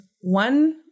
One